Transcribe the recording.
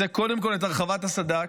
רוצה קודם כול את הרחבת הסד"כ,